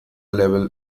level